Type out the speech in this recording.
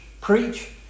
preach